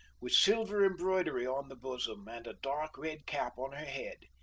with silver embroidery on the bosom, and a dark red cap on her head.